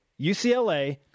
UCLA